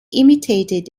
imitated